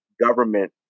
government